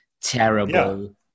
terrible